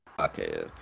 Okay